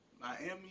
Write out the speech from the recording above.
Miami